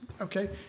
okay